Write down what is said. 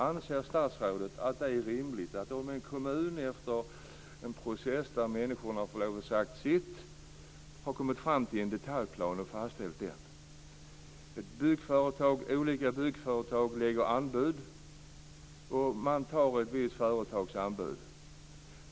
Anser statsrådet att följande är rimligt: I en process där människorna fått säga sitt har man kommit fram till en detaljplan som fastställts. Olika byggföretag har lagt anbud, och ett visst företags anbud har antagits.